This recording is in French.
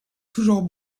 toujours